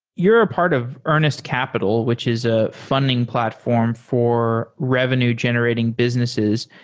you're a part of earnest capital, which is a funding platform for revenue generating businesses.